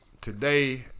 Today